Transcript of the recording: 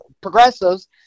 progressives